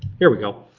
here we go.